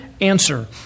Answer